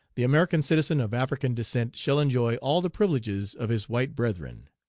the american citizen of african descent shall enjoy all the privileges of his white brethren.